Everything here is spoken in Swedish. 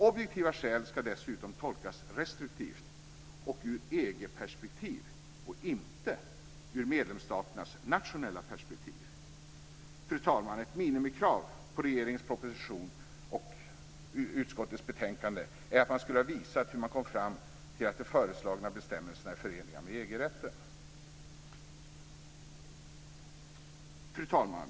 Objektiva skäl ska dessutom tolkas restriktivt och ur EG perspektiv, inte ur medlemsstaternas nationella perspektiv. Fru talman! Ett minimikrav på regeringens proposition och utskottets betänkande är att man skulle ha visat hur man kommit fram till att de föreslagna bestämmelserna är förenliga med EG-rätten. Fru talman!